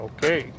Okay